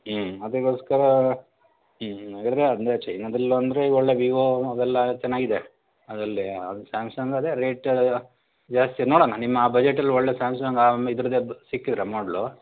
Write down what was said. ಹ್ಞೂ ಅದಕ್ಕೋಸ್ಕರ ಹ್ಞೂ ಅದ್ರದ್ದೇ ಅಂದರೆ ಚೈನಾದಲ್ಲಿ ಅಂದರೆ ಒಳ್ಳೆಯ ವಿವೋ ಅವೆಲ್ಲ ಚೆನ್ನಾಗಿದೆ ಅದರಲ್ಲಿ ಸ್ಯಾಮ್ಸಂಗ್ ಅದೇ ರೇಟ ಜಾಸ್ತಿ ನೋಡೋಣ ನಿಮ್ಮ ಆ ಬಜೆಟಲ್ಲಿ ಒಳ್ಳೆಯ ಸ್ಯಾಮ್ಸಂಗ್ ಆ ಇದ್ರದ್ದೇ ಸಿಕ್ಕಿದರೆ ಮಾಡ್ಲು